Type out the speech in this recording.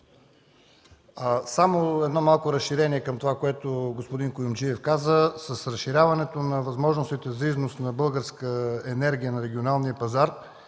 Само малко разширение към това, което господин Куюмджиев каза. С разширяването на възможностите за износ на българска електроенергия на регионалния пазар,